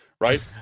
right